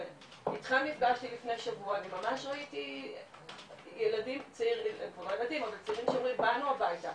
נפגשתי לפני שבוע עם צעירים שאומרים באנו הביתה,